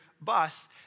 bus